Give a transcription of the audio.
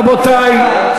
רבותי,